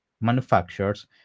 manufacturers